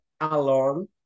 alone